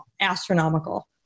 astronomical